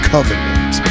Covenant